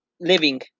living